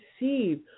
receive